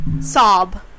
Sob